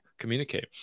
communicate